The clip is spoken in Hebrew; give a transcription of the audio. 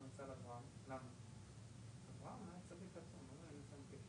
דבר אחד קצת לא מובן לי.